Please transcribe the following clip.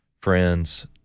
friends